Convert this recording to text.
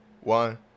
one